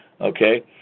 Okay